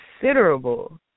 considerable